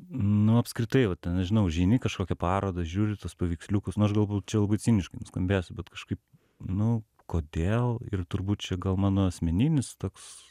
nu apskritai va nežinau užeini į kažkokią parodą žiūri į tuos paveiksliukus nu aš galbūt čia labai ciniškai nuskambėsiu bet kažkaip nu kodėl ir turbūt čia gal mano asmeninis toks